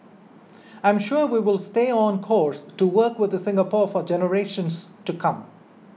I'm sure we will stay on course to work with Singapore for generations to come